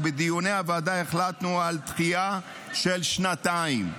ובדיוני הוועדה החלטנו על דחייה של שנתיים.